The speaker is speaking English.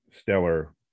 stellar